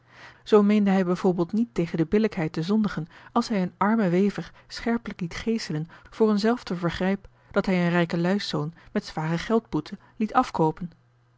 meende hij bij voorbeeld niet tegen de billijkheid te zondigen als hij een armen wever scherpelijk liet geeselen voor een zelfde vergrijp dat hij een rijkeluî's zoon met zware geldboete liet afkoopen